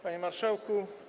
Panie Marszałku!